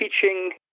teaching